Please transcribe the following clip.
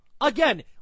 Again